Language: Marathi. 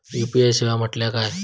यू.पी.आय सेवा म्हटल्या काय?